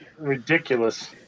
Ridiculous